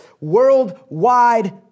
Worldwide